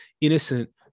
innocent